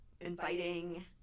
inviting